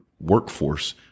workforce